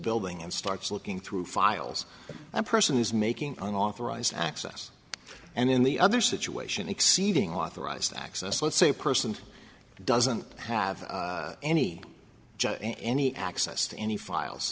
building and starts looking through files that person is making an authorized access and in the other situation exceeding authorized access lets say a person doesn't have any any access to any files